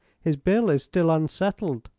his bill is still unsettled.